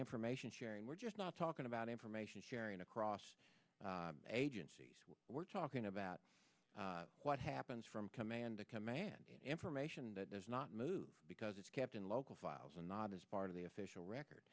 information sharing we're not talking about information sharing across agencies we're talking about what happens from command to command information that does not move because it's kept in local files and not as part of the official record